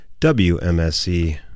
WMSE